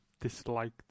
disliked